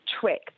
trick